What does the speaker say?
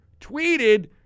tweeted